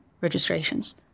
registrations